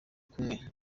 kumwe